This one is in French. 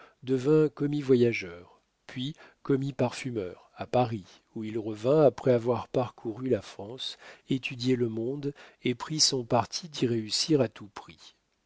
devint commis-voyageur puis commis parfumeur à paris où il revint après avoir parcouru la france étudié le monde et pris son parti d'y réussir à tout prix